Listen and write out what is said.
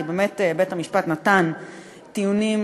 כי באמת בית-המשפט נתן טיעונים,